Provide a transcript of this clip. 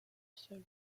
sol